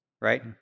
right